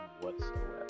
whatsoever